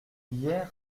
hier